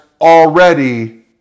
already